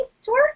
tour